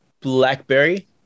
BlackBerry